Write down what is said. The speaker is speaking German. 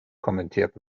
kommentiert